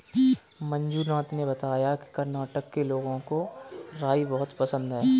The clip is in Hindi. मंजुनाथ ने बताया कि कर्नाटक के लोगों को राई बहुत पसंद है